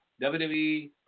WWE